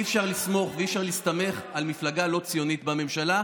אי-אפשר לסמוך ואי-אפשר להסתמך על מפלגה לא ציונית בממשלה.